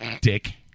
Dick